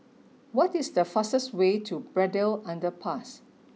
what is the fastest way to Braddell Underpass